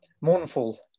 mournful